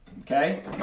Okay